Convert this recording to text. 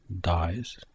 dies